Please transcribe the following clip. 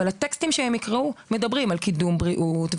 אבל הטקסטים שאותם הם ילמדו יעסקו בקידום בריאות,